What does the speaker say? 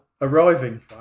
arriving